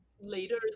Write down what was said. leaders